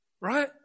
right